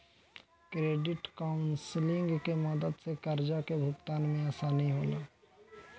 credit counselling के मदद से कर्जा के भुगतान में आसानी होला